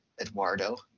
Eduardo